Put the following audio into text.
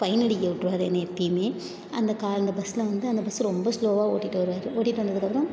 fine அடிக்க விட்டுருவாரு என்னை எப்பயுமே அந்த கா அந்த பஸ்சில் வந்து அந்த பஸ்ஸு ரொம்ப ஸ்லோவாக ஓட்டிகிட்டு வருவார் ஓட்டிகிட்டு வந்ததுக்கப்புறம்